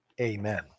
Amen